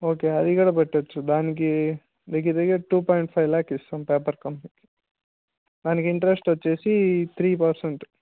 okay అది కూడా పెట్టచ్చు దానికి దగ్గర దగ్గర టూ పాయింట్ ఫైవ్ ల్యాక్ ఇస్తాము పేపర్ కంపెనీ దానికి ఇంటరెస్ట్ వచ్చేసి త్రీ పెర్సెంట్